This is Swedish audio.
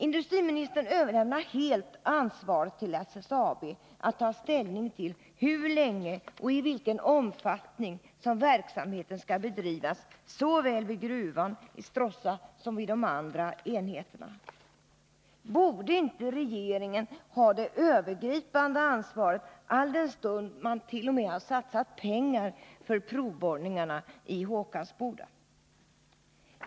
Industriministern överlämnar helt ansvaret till SSAB att ta ställning till hur länge och i vilken omfattning verksamheten skall bedrivas såväl vid gruvan i Stråssa som vid de andra enheterna. Borde inte regeringen ha det övergripande ansvaret, när man t.o.m. har satsat pengar för provborrningarna i Håkansboda?